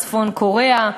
צפון-קוריאה,